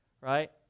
right